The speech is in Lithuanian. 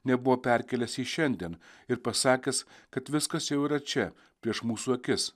nebuvo perkėlęs į šiandien ir pasakęs kad viskas jau yra čia prieš mūsų akis